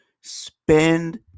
spend